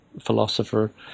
philosopher